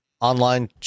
online